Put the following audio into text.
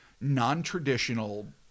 non-traditional